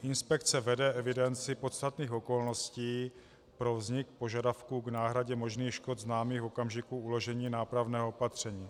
Inspekce vede evidenci podstatných okolností pro vznik požadavku k náhradě možných škod známých v okamžiku uložení nápravného opatření.